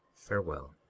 farewell.